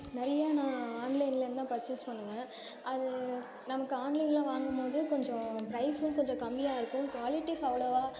நிறைய நான் ஆன்லைனில் எல்லாம் பர்ச்சஸ் பண்ணுவேன் அது நமக்கு ஆன்லைனில் வாங்கும்போது கொஞ்சம் ப்ரைஸும் கொஞ்சம் கம்மியாக இருக்கும் க்வாலிட்டிஸ் அவ்வளோவா